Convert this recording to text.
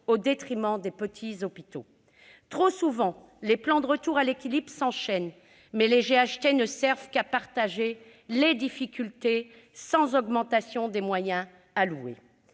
au détriment des petits hôpitaux. Trop souvent, les plans de retour à l'équilibre s'enchaînent, mais les GHT ne servent qu'à partager les difficultés, sans augmentation des moyens alloués.